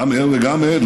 גם ער וגם עד,